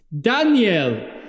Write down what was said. Daniel